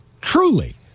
Truly